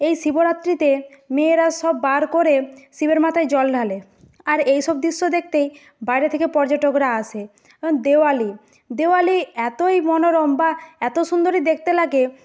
এই শিবরাত্রিতে মেয়েরা সব বার করে শিবের মাথায় জল ঢালে আর এইসব দৃশ্য দেখতেই বাইরে থেকে পর্যটকরা আসে দেওয়ালি দেওয়ালি এতই মনোরম বা এত সুন্দরই দেখতে লাগে